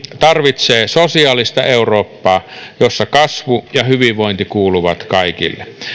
tarvitsee sosiaalista eurooppaa jossa kasvu ja hyvinvointi kuuluvat kaikille